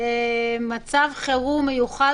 מצב חירום מיוחד